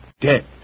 dead